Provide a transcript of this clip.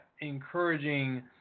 encouraging